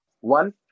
One